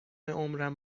عمرم